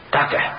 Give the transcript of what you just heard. Doctor